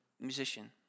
musician